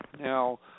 Now